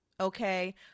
Okay